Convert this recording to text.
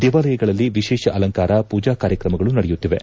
ದೇವಾಲಯಗಳಲ್ಲಿ ವಿಶೇಷ ಅಲಂಕಾರ ಮೂಜಾ ಕಾರ್ಯತ್ರಮಗಳು ನಡೆಯುತ್ತಿವೆ